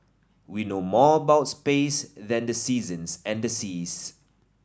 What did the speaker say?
we know more about space than the seasons and the seas